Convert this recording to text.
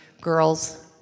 girls